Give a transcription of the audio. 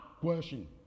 Question